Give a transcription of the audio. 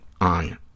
on